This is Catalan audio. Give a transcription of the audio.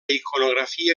iconografia